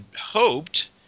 hoped